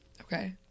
Okay